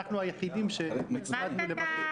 כנראה,